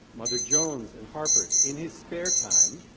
mother jones, and harper's in his spare time.